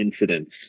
incidents